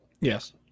Yes